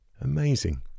Amazing